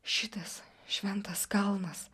šitas šventas kalnas